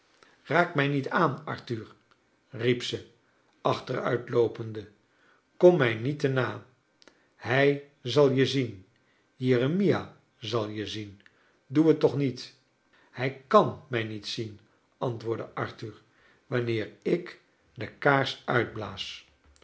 raak mij niet aan arthur riep ze achteruitloopende kom mij niet te na hij zal je zien jeremia zal je zien doe het toch niet iiij km rnij niet zien antwoordde arthur wanueer ik de kaars uitblaas